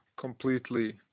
completely